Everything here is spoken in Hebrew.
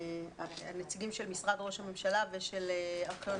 הנציגים של משרד ראש הממשלה ושל ארכיון